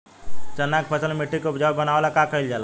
चन्ना के फसल में मिट्टी के उपजाऊ बनावे ला का कइल जाला?